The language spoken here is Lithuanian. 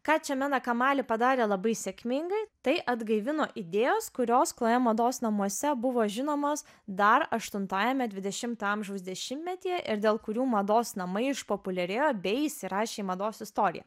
ką chemena kamali padarė labai sėkmingai tai atgaivino idėjos kurios chloe mados namuose buvo žinomos dar aštuntajame dvidešimto amžiaus dešimtmetyje ir dėl kurių mados namai išpopuliarėjo bei įsirašė mados istoriją